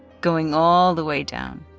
going all the way down.